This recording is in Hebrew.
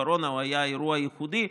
הקורונה הייתה אירוע ייחודי,